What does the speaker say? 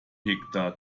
gehegter